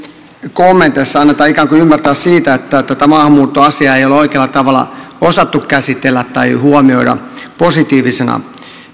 kommenteissa annetaan ikään kuin ymmärtää että tätä maahanmuuttoasiaa ei ole oikealla tavalla osattu käsitellä tai huomioida positiivisena